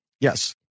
yes